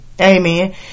amen